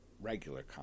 regular